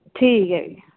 ठीक ऐ फ्ही